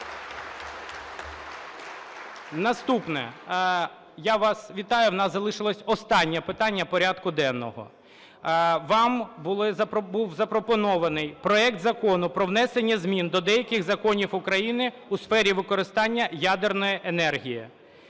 Наступне. Я вас вітаю у нас залишилось останнє питання порядку денного. Вам був запропонований проект Закону про внесення змін до деяких законів України у сфері використання ядерної енергії.